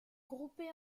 groupées